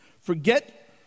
Forget